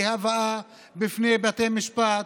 וגם אי-הבאה בפני בתי משפט.